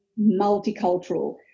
multicultural